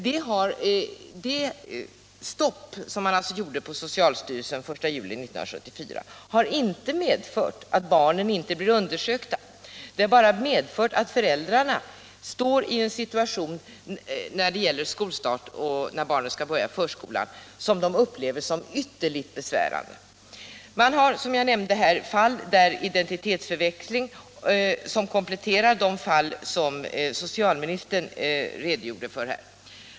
Det stopp som socialstyrelsen införde den 1 juli 1974 har inte medfört att barnen inte blir undersökta, det har bara medfört att föräldrarna står i en situation när det gäller skolstart och förskola som de upplever som ytterligt besvärande. Man har, som jag nämnde, fall av identitetsförväxling som kompletterar de fall som socialministern redogjorde för.